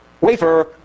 wafer